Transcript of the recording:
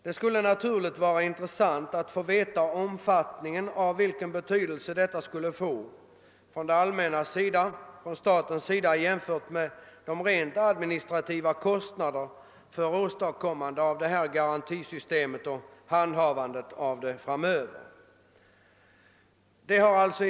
Det skulle vara intressant att få veta vilken omfattning och betydelse en sådan ordning skulle erhålla för staten, jämfört med de rent administrativa kostnaderna för åstadkommande av ett garantisystem för handhavandet av bostadsförbättringslån.